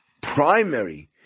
primary